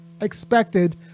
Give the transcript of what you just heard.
expected